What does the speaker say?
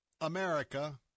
America